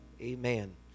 amen